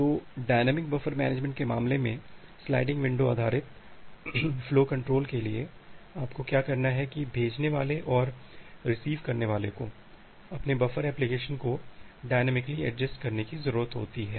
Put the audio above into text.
तो dynamic buffer management के मामले में स्लाइडिंग विंडो आधारित फ्लो कंट्रोल के लिए आपको क्या करना है कि भेजने वाले और रिसीव करने वाले को अपने बफर एलोकेशन को डायनामिकली एडजस्ट करने की जरूरत होती है